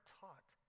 taught